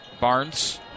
Barnes